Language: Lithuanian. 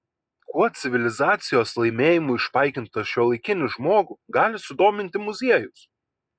kuo civilizacijos laimėjimų išpaikintą šiuolaikinį žmogų gali sudominti muziejus